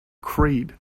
creed